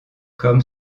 comme